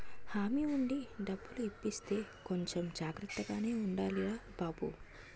హామీ ఉండి డబ్బులు ఇప్పిస్తే కొంచెం జాగ్రత్తగానే ఉండాలిరా బాబూ